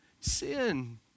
sin